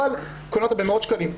אבל קונה אותו במאות שקלים.